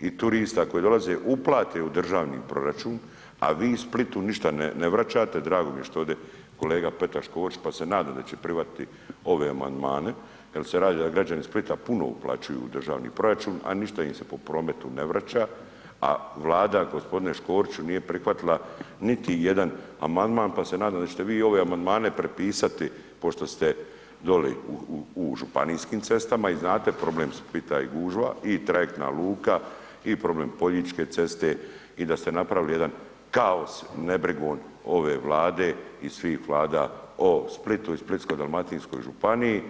i turista koji dolaze uplate u državni proračun a vi Splitu ništa ne vraćate, drago mi je što je ovdje kolega Petar Škorić pa se nadam da će prihvatiti ove amandmane jer se radi da građani Splita puno uplaćuju u državni proračun a ništa im se po prometu ne vraća a Vlada g. Škoriću nije prihvatila niti jedan amandman pa se nadam da ćete vi ove amandmane prepisati pošto ste doli u županijskim cestama i znate problem Splita i gužva i trajektna luka i problem Poljičke ceste i da ste napravili jedan kaos, nebrigu ove Vlade i svih Vlada o Splitu i Splitsko-dalmatinskoj županiji.